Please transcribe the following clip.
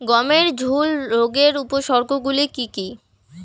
গমের ঝুল রোগের উপসর্গগুলি কী কী?